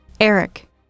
Eric